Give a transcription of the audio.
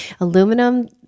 Aluminum